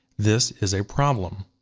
this is a problem.